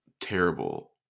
terrible